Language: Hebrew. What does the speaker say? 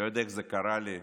אני לא יודע איך זה קרה לי,